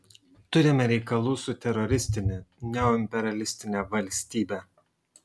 turime reikalų su teroristine neoimperialistine valstybe